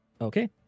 Okay